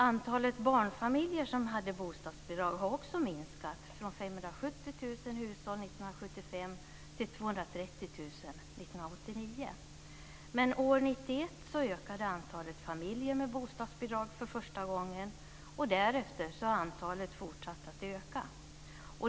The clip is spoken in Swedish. Antalet barnfamiljer som hade bostadsbidrag har också minskat, från 570 000 hushåll 1975 till 230 000 år 1989. År 1991 ökade antalet familjer med bostadsbidrag för första gången, och därefter har antalet fortsatt att öka.